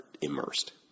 immersed